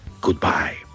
Goodbye